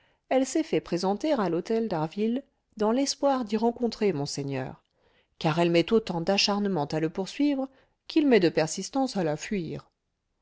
elle s'est fait présenter à l'hôtel d'harville dans l'espoir d'y rencontrer monseigneur car elle met autant d'acharnement à le poursuivre qu'il met de persistance à la fuir